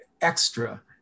extra